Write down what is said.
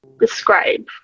describe